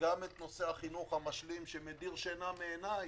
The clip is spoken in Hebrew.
וגם נושא החינוך המשלים שמדיר שינה מעיניי,